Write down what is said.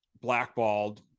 blackballed